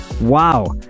wow